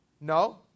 No